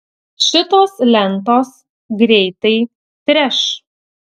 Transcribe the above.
šitos lentos greitai treš